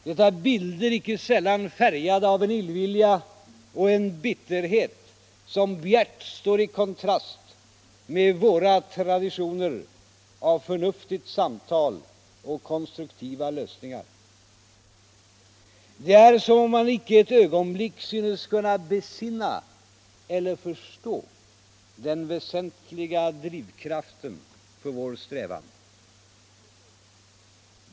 Det är bilder, icke sällan färgade av en illvilja och en bitterhet, som bjärt står i kontrast mot våra traditioner av förnuftigt samtal och konstruktiva lösningar. Det är som om man icke ett ögonblick synes kunna besinna eller förstå den väsentliga drivkraften för vår strävan.